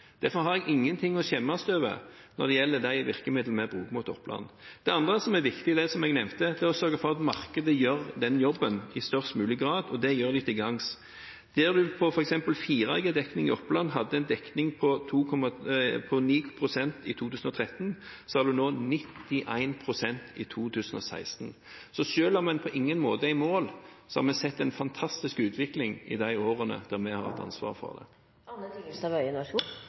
Derfor har jeg ingenting å skjemmes over når det gjelder de virkemidlene vi bruker for Oppland. Det andre som er viktig, er, som jeg nevnte, å sørge for at markedet gjør den jobben i størst mulig grad, og det gjør de til gangs. Der en f.eks. i Oppland hadde en 4G-dekning på 9 pst. i 2013, har vi nå 91 pst. i 2016. Så selv om en på ingen måte er i mål, har vi sett en fantastisk utvikling i de årene vi har hatt ansvaret for